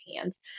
hands